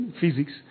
physics